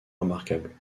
remarquables